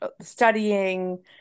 studying